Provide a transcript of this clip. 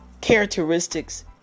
Characteristics